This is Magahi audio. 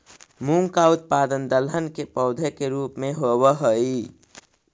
मूंग का उत्पादन दलहन के पौधे के रूप में होव हई